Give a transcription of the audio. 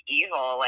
evil